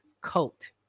Cult